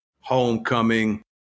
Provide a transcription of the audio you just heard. homecoming